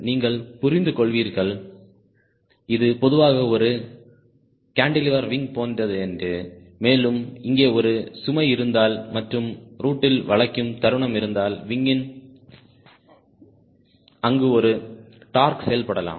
நீங்கள் புரிந்து கொள்வீர்கள் இது பொதுவாக ஒரு கான்டிலீவர் விங் போன்றது என்று மேலும் இங்கே ஒரு சுமை இருந்தால் மற்றும் ரூட்டில் வளைக்கும் தருணம் இருந்தால் விங்யில் அங்கு ஒரு டோர்க் செயல்படலாம்